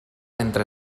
entre